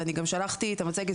ואני גם שלחתי את המצגת,